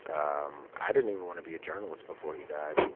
um i didn't even want to be a journalist before he died.